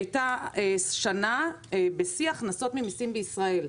הייתה שנה בשיא הכנסות ממיסים בישראל.